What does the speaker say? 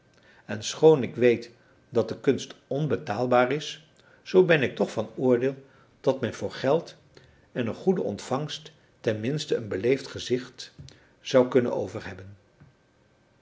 en schoon ik weet dat de kunst onbetaalbaar is zoo ben ik toch van oordeel dat men voor geld en een goede ontvangst ten minste een beleefd gezicht zou kunnen